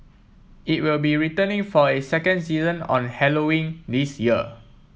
it will be returning for a second season on Halloween this year